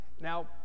now